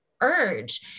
urge